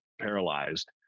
paralyzed